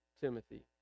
Timothy